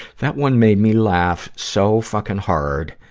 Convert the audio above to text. that one made me laugh so fucking hard.